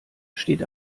steht